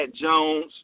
Jones